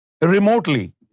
remotely